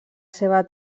seva